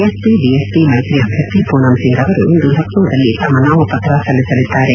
SP BSP ಮೈತ್ರಿ ಅಭ್ಯರ್ಥಿ ಪೂನಂ ಸಿಂಗ್ ಅವರು ಇಂದು ಲಕ್ಕೋದಲ್ಲಿ ತಮ್ಮ ನಾಮಪತ್ರ ಸಲ್ಲಿಸಲಿದ್ದಾರೆ